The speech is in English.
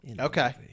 Okay